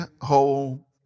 whole